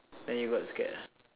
then you got scared ah